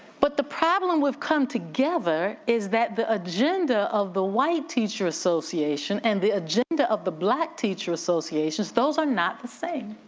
but the problem with coming together is that the agenda of the white teacher association and the agenda of the black teacher associations, those are not the same.